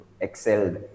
excelled